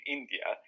India